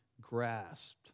grasped